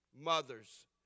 mothers